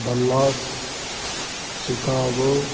Dallas Chicago